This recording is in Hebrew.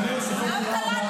אדוני היושב-ראש,